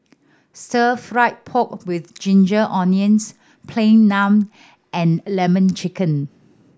Stir Fry pork with ginger onions Plain Naan and Lemon Chicken